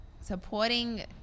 supporting